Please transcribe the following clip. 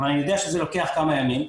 אבל אני יודע שזה לוקח כמה ימים,